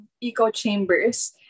eco-chambers